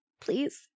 please